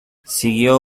siguió